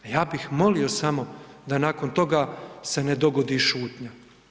Ja bih molio samo da nakon toga se ne dogodi šutnja.